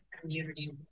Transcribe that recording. community